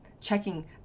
checking